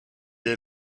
est